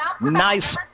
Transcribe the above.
Nice